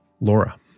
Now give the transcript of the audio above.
Laura